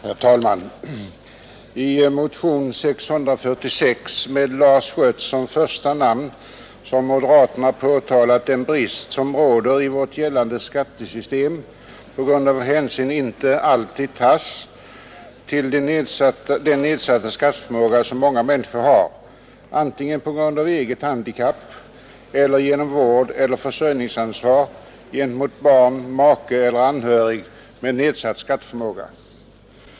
Herr talman! I motionen 646 med Lars Schött som första namn har moderaterna påtalat en brist som råder i gällande skattesystem i och med att hänsyn inte alltid tas till den nedsatta skatteförmåga som många människor har antingen på grund av eget handikapp eller på grund av vårdeller försörjningsansvar gentemot barn, make eller anhörig med nedsatt skatteförmåga.